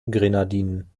grenadinen